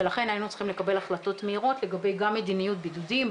ולכן היינו צריכים לקבל החלטות מהירות לגבי גם מדיניות בידודים,